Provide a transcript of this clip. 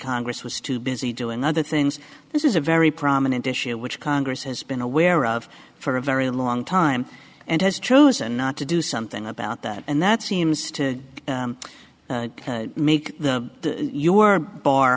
congress was too busy doing other things this is a very prominent issue which congress has been aware of for a very long time and has chosen not to do something about that and that seems to make the your bar